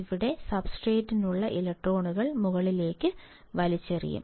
ഇവിടെ സബ്സ്ട്രേറ്റിലുള്ള ഇലക്ട്രോണുകൾ മുകളിലേക്ക് വലിച്ചെടുക്കും